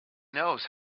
knows